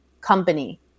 company